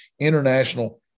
international